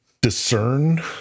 discern